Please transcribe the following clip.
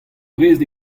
prest